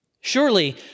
Surely